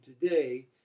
today